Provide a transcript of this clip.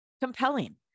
compelling